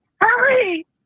hurry